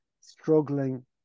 struggling